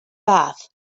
bath